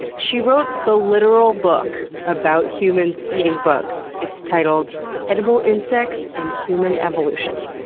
she wrote the literal book about humans eating bugs. it's titled edible insects and human evolution.